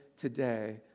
today